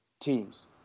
teams